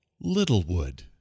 Littlewood